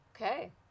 Okay